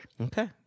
Okay